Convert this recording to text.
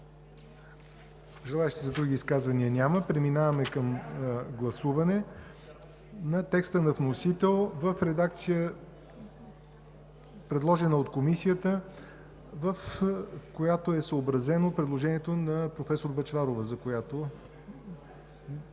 Желаещи за други изказвания няма. Преминаваме към гласуване на текста на вносителя в редакция, предложена от Комисията, в която е съобразено предложението на професор Бъчварова, което